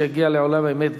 שהגיע לעולם האמת,